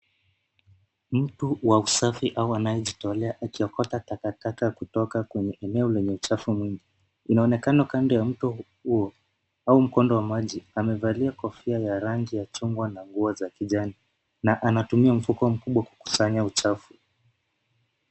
Mtu wa usafi au anayejitolea akiokota takataka kutoka kwenye eneo lenye uchafu mwingi. Inaonekana kando ya mto huo au mkondo wa maji. Amevalia kofia ya rangi ya chungwa na nguo za kijani, na anatumia mfuko mkubwa kukusanya uchafu.